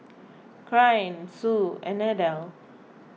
Caryn Sue and Adell